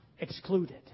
Excluded